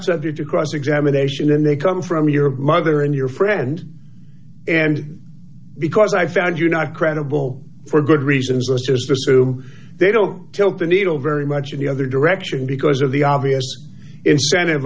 subject to cross examination and they come from your mother and your friend and because i found you not credible for good reasons or they don't kill the needle very much of the other direction because of the obvious incentive